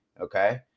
okay